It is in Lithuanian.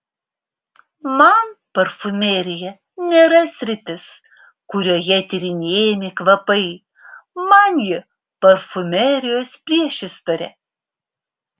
man parfumerija nėra sritis kurioje tyrinėjami kvapai man ji parfumerijos priešistorė